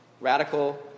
Radical